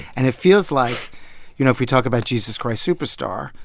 and it feels like you know, if we talk about jesus christ superstar,